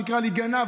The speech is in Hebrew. שיקרא לי גנב.